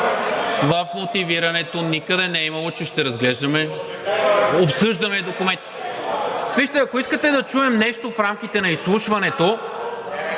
В мотивирането никъде не е имало, че ще разглеждаме, обсъждаме документи. (Шум и реплики.) Вижте, ако искате да чуем нещо в рамките на изслушването,